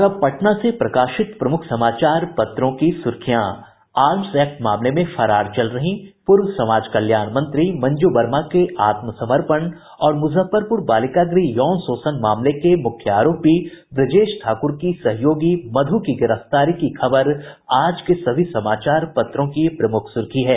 और अब पटना से प्रकाशित प्रमुख समाचार पत्रों की सुर्खियां आर्म्स एक्ट मामले में फरार चल रही रहीं पूर्व समाज कल्याण मंत्री मंजू वर्मा के आत्मसमर्पण और म्रजफ्फरपुर बालिका गृह यौन शोषण मामले के मुख्य आरोपी ब्रजेश ठाकूर की सहयोगी मध्र की गिरफ्तारी की खबर आज के सभी समाचार पत्रों की प्रमुख सुर्खी है